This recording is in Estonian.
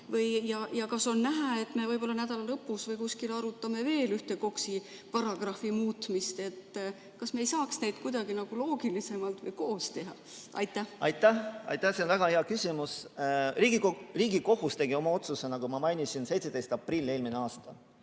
Kas on näha, et me nädala lõpus või kuskil arutame veel ühte KOKS-i paragrahvi muutmist? Kas me ei saaks neid kuidagi nagu loogilisemalt ja koos teha? Aitäh! See on väga hea küsimus. Riigikohus tegi oma otsuse, nagu ma mainisin, 17. aprillil eelmisel aastal,